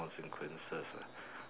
consequences ah